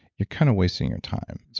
you're kind of wasting your time.